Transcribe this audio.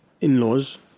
in-laws